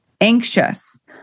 anxious